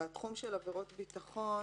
ובתחום של עבירות ביטחון